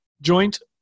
joint